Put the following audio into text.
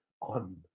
on